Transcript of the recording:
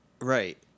Right